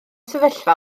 sefyllfa